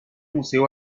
museo